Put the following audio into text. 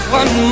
one